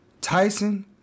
Tyson